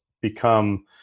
become